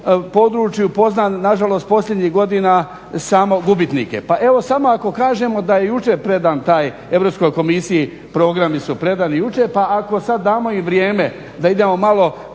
području poznam nažalost posljednjih godina samo gubitnike. Pa evo samo ako kažemo da je jučer predan taj, Europskoj komisiji programi su predani jučer pa ako sada damo im vrijeme da idemo malo,